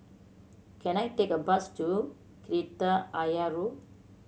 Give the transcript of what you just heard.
can I take a bus to Kreta Ayer Road